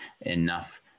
enough